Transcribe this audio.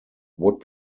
would